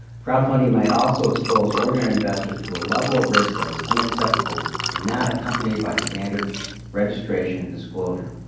crowdfunding might also expose ordinary investors to a level of risk that is unacceptable when not accompanied by standard registration and disclosure.